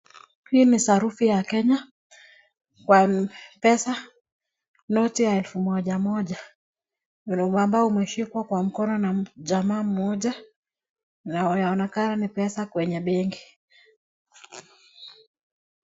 Hii ni sarufi ya Kenya kwa pesa, noti ya elfu moja moja ambao umeshikwa kwa mkono na jamaa mmoja na inakaa ni pesa kwenye benki.